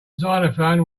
xylophone